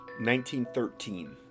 1913